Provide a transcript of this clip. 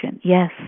Yes